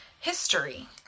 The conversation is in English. history